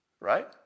right